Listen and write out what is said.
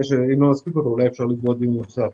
אם לא נספיק אותו אולי אפשר לקבוע דיון נוסף.